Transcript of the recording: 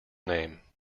name